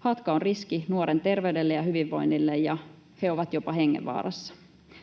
Hatka on riski nuoren terveydelle ja hyvinvoinnille, ja he ovat jopa hengenvaarassa.